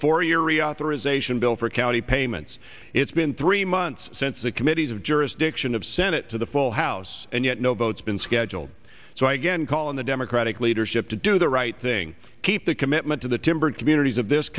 bill for county payments it's been three months since the committees of jurisdiction of senate to the full house and yet no votes been scheduled so again call on the democratic leadership to do the right thing keep the commitment to the timber communities of this